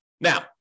Now